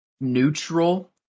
neutral